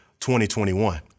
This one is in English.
2021